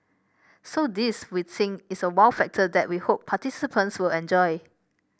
so this we think is a wow factor that we hope participants will enjoy